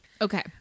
Okay